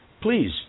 Please